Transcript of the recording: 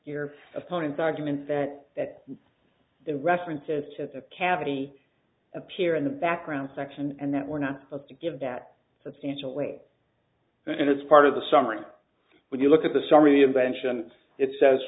your opponent's argument that that references to the cavity appear in the background section and that we're not supposed to give that substantially and it's part of the summary when you look at the summary invention it says